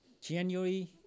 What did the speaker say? January